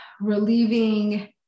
relieving